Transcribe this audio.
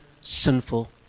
sinful